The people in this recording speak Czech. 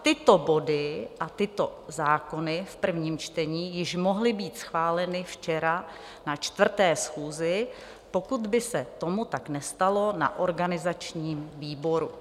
Tyto body a tyto zákony v prvním čtení již mohly být schváleny včera na čtvrté schůzi, pokud by se tomu tak nestalo na organizačním výboru.